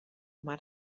mar